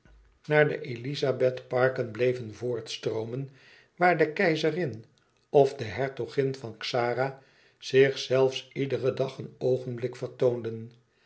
naar de elizabethparken bleven voortstroomen waar de keizerin of de hertogin van xara zich zelfs iederen dag een oogenblik vertoonden